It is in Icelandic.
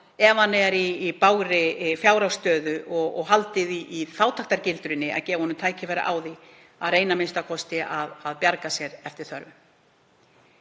ef hann er í bágri fjárhagsstöðu og er haldið í fátæktargildrunni, að gefa honum tækifæri á því að reyna a.m.k. að bjarga sér eftir þörfum.